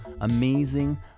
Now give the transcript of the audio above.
amazing